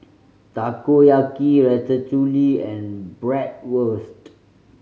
Takoyaki Ratatouille and Bratwurst